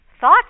thoughts